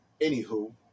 anywho